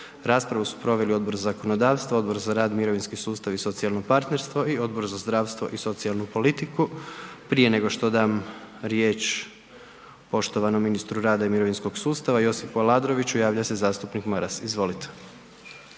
Raspravu su proveli Odbor za zakonodavstvo, Odbor za rad, mirovinski sustav i socijalno partnerstvo i Odbor za zdravstvo i socijalnu politiku. Prije nego što dam riječ poštovanom ministru rada i mirovinskog sustava Josipu Aladroviću javlja se zastupnik Maras, izvolite.